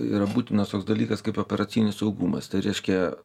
yra būtinas toks dalykas kaip operacinis saugumas tai reiškia